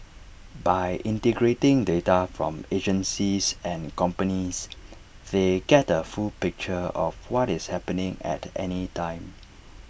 by integrating data from agencies and companies they get A full picture of what is happening at any time